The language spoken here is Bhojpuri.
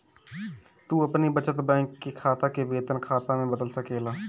तू अपनी बचत बैंक के खाता के वेतन खाता में बदल सकेला